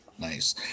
nice